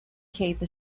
cape